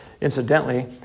Incidentally